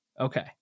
okay